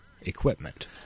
equipment